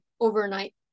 overnight